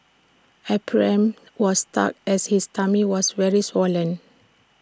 Ephraim was stuck as his tummy was very swollen